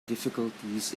difficulties